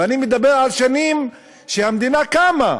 ואני מדבר על השנים שהמדינה קמה,